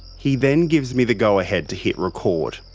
he then gives me the go ahead to hit record.